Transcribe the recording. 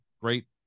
great